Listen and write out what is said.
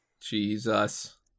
Jesus